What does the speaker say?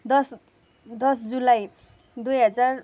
दस दस जुलाई दुई हजार